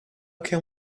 can